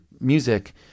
music